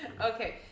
Okay